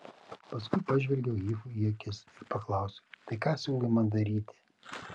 paskui pažvelgiau hifui į akis ir paklausiau tai ką siūlai man daryti